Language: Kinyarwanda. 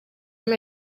muri